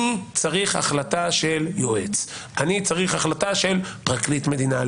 אני צריך החלטה של יועץ, או של פרקליט מדינה".